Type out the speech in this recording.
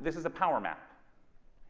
this is a power map